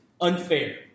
unfair